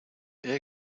air